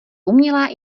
umělá